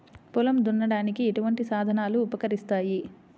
పొలం దున్నడానికి ఎటువంటి సాధనాలు ఉపకరిస్తాయి?